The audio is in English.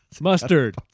Mustard